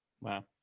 Wow